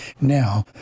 now